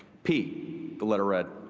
pete, the letter read,